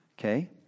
Okay